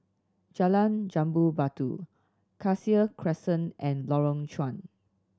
Jalan Jambu Batu Cassia Crescent and Lorong Chuan